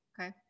Okay